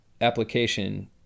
application